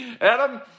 Adam